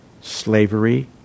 slavery